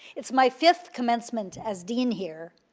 it's my fifth commencement as dean here,